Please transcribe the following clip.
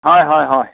হয় হয় হয়